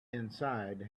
inside